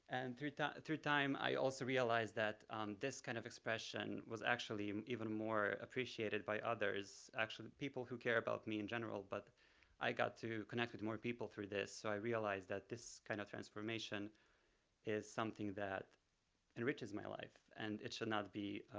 and through time through time i also realized that this kind of expression was actually even more appreciated by others, actually people who care about me in general, but i got to connect with more people through this. so i realized that this kind of transformation is something that enriches my life and it should not be